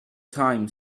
time